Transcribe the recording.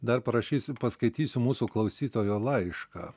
dar parašysiu paskaitysiu mūsų klausytojo laišką